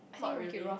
not really